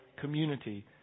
community